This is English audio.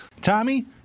Tommy